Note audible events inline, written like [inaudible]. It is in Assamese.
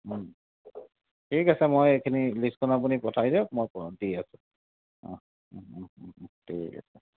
ঠিক আছে মই এইখিনি লিষ্টখন আপুনি পঠাই দিয়ক মই [unintelligible] দি আছোঁ অঁ ঠিক আছে